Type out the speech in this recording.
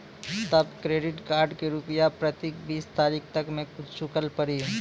तब credit card के रूपिया प्रतीक बीस तारीख तक मे चुकल पड़ी?